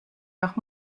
nach